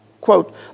Quote